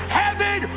heaven